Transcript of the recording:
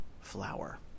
flower